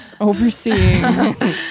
overseeing